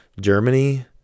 Germany